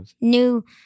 new